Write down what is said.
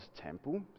temple